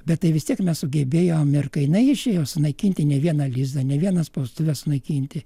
bet tai vis tiek mes sugebėjom ir kai jinai išėjo sunaikinti ne vieną lizdą ne vieną spaustuvę sunaikinti